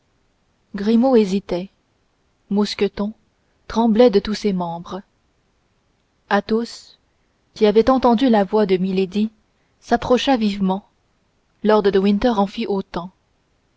grimaud hésitait mousqueton tremblait de tous ses membres athos qui avait entendu la voix de milady s'approcha vivement lord de winter en fit autant